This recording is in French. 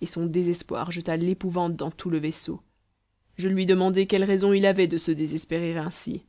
et son désespoir jeta l'épouvante dans tout le vaisseau je lui demandai quelle raison il avait de se désespérer ainsi